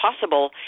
possible